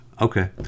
Okay